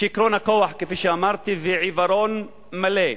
שיכרון הכוח, כפי שאמרתי, ועיוורון מלא.